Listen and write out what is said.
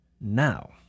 now